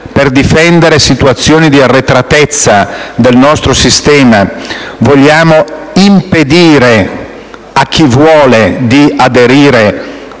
per difendere situazioni di arretratezza del nostro sistema vogliamo impedire a chi lo voglia di aderire